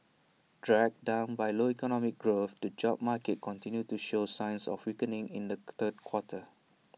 dragged down by low economic growth the job market continued to show signs of weakening in the third quarter